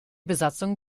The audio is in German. besatzung